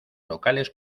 locales